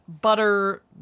Butter